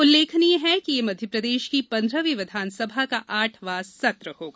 उल्लेखनीय है कि यह मध्यप्रदेश की पंद्रहवीं विधानसभा का आठवां सत्र होगा